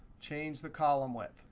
change the column width.